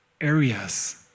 areas